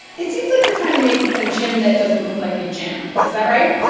it seems like you're trying to make a gym that doesn't look like a gym. is that right?